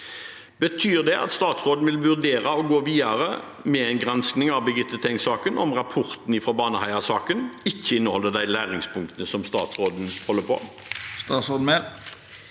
Betyr det at statsråden vil vurdere å gå videre med en gransking av Birgitte Tengs-saken dersom rapporten fra Baneheia-saken ikke inneholder de læringspunktene som statsråden holder på?